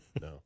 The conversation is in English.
No